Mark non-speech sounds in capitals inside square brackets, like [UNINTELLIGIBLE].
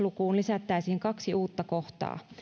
[UNINTELLIGIBLE] lukuun lisättäisiin kaksi uutta kohtaa